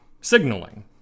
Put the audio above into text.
signaling